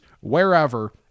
wherever